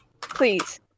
Please